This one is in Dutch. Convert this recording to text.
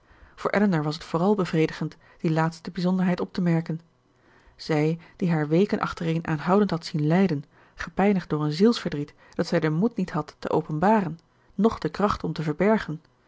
voor elinor was het vooral bevredigend die laatste bijzonderheid op te merken zij die haar weken achtereen aanhoudend had zien lijden gepijnigd door een zielsverdriet dat zij den moed niet had te openbaren noch de kracht om te verbergen